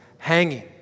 hanging